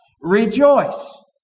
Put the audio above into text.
Rejoice